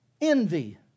Envy